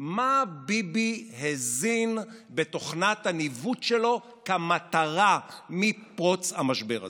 מה ביבי הזין בתוכנת הניווט שלו כמטרה מפרוץ המשבר הזה.